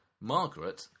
Margaret